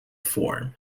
form